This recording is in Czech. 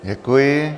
Děkuji.